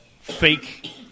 fake